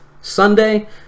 Sunday